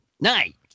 night